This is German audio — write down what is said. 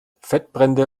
fettbrände